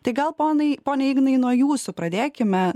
tai gal ponai pone ignai nuo jūsų pradėkime